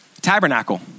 tabernacle